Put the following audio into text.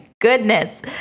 goodness